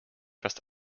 fast